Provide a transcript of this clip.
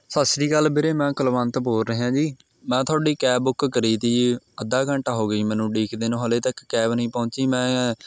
ਸਤਿ ਸ਼੍ਰੀ ਅਕਾਲ ਵੀਰੇ ਮੈਂ ਕੁਲਵੰਤ ਬੋਲ ਰਿਹਾ ਜੀ ਮੈਂ ਤੁਹਾਡੀ ਕੈਬ ਬੁੱਕ ਕਰੀ ਤੀ ਜੀ ਅੱਧਾ ਘੰਟਾ ਹੋ ਗਿਆ ਜੀ ਮੈਨੂੰ ਉਡੀਕਦੇ ਨੂੰ ਹਾਲੇ ਤੱਕ ਕੈਬ ਨਹੀਂ ਪਹੁੰਚੀ ਮੈਂ